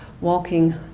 walking